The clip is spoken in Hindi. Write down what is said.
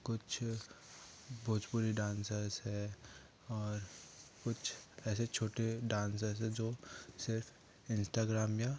कुछ भोजपुरी डांसर्स है और कुछ ऐसे छोटे डांसर्स हैं जो सिर्फ इंस्टाग्राम या